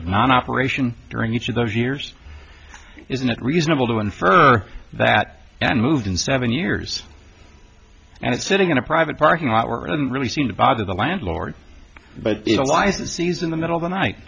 of non operation during each of those years isn't it reasonable to infer that an moved in seven years and it's sitting in a private parking lot weren't really seem to bother the landlord but it was the season the middle of the night